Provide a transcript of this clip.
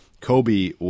Kobe